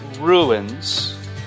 ruins